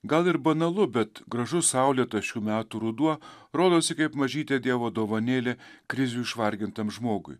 gal ir banalu bet gražus saulėtas šių metų ruduo rodosi kaip mažytė dievo dovanėlė krizių išvargintam žmogui